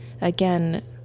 again